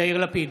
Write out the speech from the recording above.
יאיר לפיד,